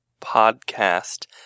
podcast